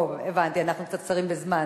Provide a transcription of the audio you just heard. טוב, הבנתי, אנחנו קצת קצרים בזמן.